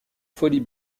folies